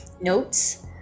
notes